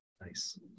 Nice